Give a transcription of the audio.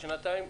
שנתיים,